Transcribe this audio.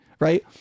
Right